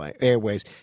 Airways